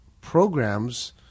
programs